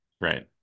Right